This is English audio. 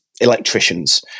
electricians